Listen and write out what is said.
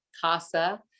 casa